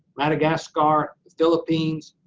madagascar, philippines,